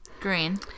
Green